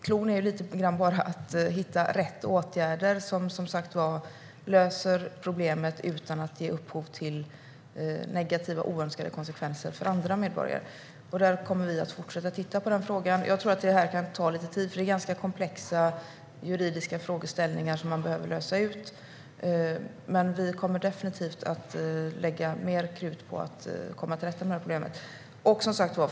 Cloun är bara att hitta rätt åtgärder som löser problemet utan att ge upphov till negativa oönskade konsekvenser för andra medborgare. Vi kommer att fortsätta att titta på den frågan. Jag tror att det här kan ta lite tid. Det är ganska komplexa juridiska frågeställningar som man behöver lösa ut. Men vi kommer definitivt att lägga mer krut på att komma till rätta med problemet.